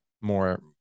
more